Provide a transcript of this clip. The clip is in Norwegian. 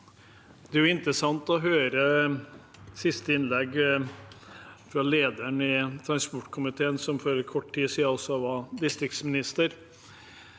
Det var interes- sant å høre siste innlegg fra lederen i transportkomiteen, som for kort tid siden var distriktsminister.